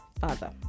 father